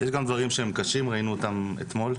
יש גם דברים קשים וראינו אותם אתמול.